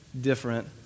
different